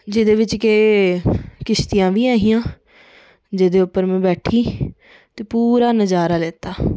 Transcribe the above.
जेह्दे बिच किश्तियां बी ऐ हियां जेह्दे उप्पर में बैठी ते पूरा नजारा लैता